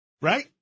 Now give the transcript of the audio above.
Right